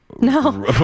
No